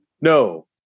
no